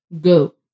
go